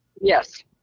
Yes